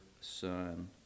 son